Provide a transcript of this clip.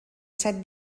set